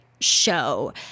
show